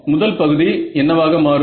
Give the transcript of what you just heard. முதல் பகுதி என்னவாக மாறும்